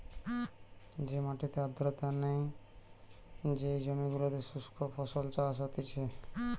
যে মাটিতে আর্দ্রতা নাই, যেই জমি গুলোতে শুস্ক ফসল চাষ হতিছে